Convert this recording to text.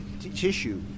...tissue